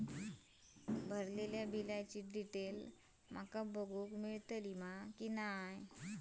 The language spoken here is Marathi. भरलेल्या बिलाची डिटेल माका बघूक मेलटली की नाय?